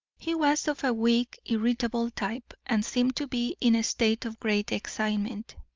he was of a weak, irritable type, and seemed to be in a state of great excitement.